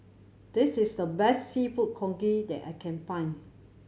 this is the best Seafood Congee that I can find